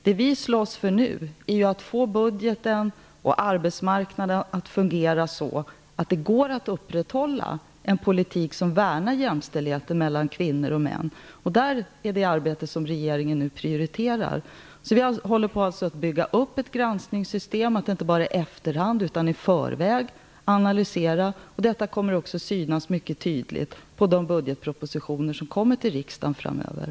Det vi slåss för nu är att få budgeten och arbetsmarknaden att fungera på ett sådant sätt att det går att upprätthålla en politik som värnar jämställdheten mellan kvinnor och män. Det är det arbete som regeringen nu prioriterar. Vi håller alltså på att bygga upp ett granskningssystem, som inte bara i efterhand utan i förväg skall analysera förslagen. Detta kommer också att synas mycket tydligt på de budgetpropositioner som läggs fram för riksdagen framöver.